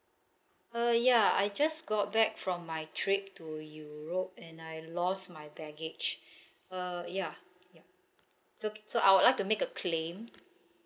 uh ya I just got back from my trip to europe and I lost my baggage uh ya ya so so I would like to make a claim